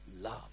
love